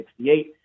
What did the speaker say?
1968